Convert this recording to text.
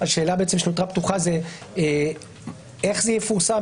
השאלה שנותרה פתוחה היא איך זה יפורסם,